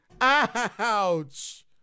Ouch